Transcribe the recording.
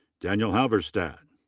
daniel halverstadt.